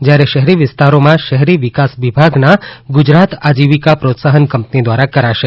જયારે શહેરી વિસ્તારોમાં શહેરી વિકાસ વિભાગનું ગુજરાત આજીવીકા પ્રોત્સાહન કંપની ધ્વારા કરાશે